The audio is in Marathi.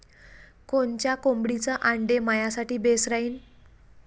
कोनच्या कोंबडीचं आंडे मायासाठी बेस राहीन?